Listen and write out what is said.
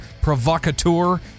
provocateur